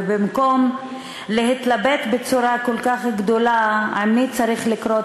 ובמקום להתלבט כל כך הרבה עם מי לכרות